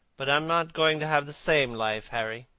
but i am not going to have the same life, harry.